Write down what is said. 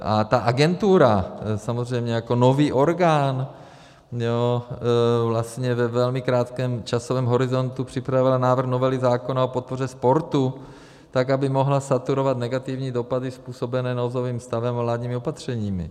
A ta agentura samozřejmě jako nový orgán vlastně ve velmi krátkém časovém horizontu připravila návrh novely zákona o podpoře sportu tak, aby mohla saturovat negativní dopady způsobené nouzovým stavem a vládními opatřeními.